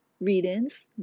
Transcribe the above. readings